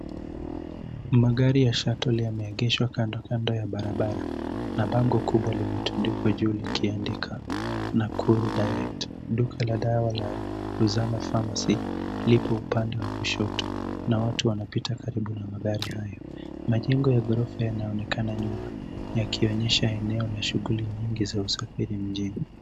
Ni magari ya shuttle yameegeshwa kando kando ya barabara na bango kubwa limetandikwa juu likiandikwa Nakuru direct .Duka la dawa la Uzana Pharmacy lipo upande wa kushoto na watu wanapita kando ya magari hayo. Majengo ya ghorofa yanaonekana nyuma yakionyesha eneo la shughuli nyingi za usafiri mjini.